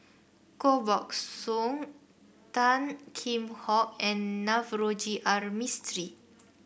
Koh Buck Song Tan Kheam Hock and Navroji R Mistri